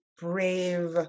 brave